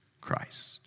Christ